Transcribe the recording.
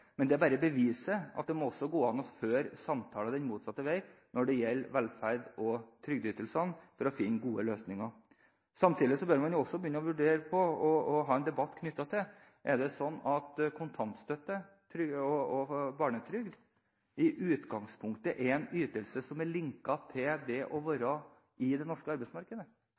men det viser at det også må gå an å føre samtaler den motsatte veien når det gjelder velferds- og trygdeytelsene, for å finne de gode løsningene. Samtidig bør man også begynne å vurdere å ha en debatt knyttet til om kontantstøtte og barnetrygd i utgangspunktet er en ytelse som er linket til det å være i det norske arbeidsmarkedet.